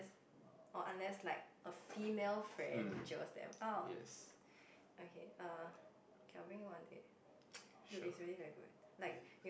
um yes sure